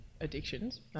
addictions